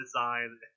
design